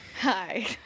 Hi